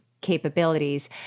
capabilities